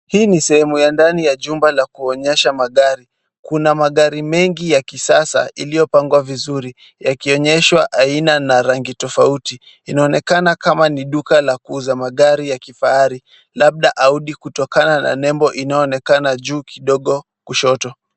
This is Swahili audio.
Hii ni sehemu ya ndani ya jumba la kuonyesha magari. Kuna magari mengi ya kisasa iliyopangwa vizuri, yakionyeshwa aina na rangi tofauti. Inaonekana kama ni duka la kuuza magari ya kifahari labda audi kutokana na nembo inayoonekana juu kidogo kushoto.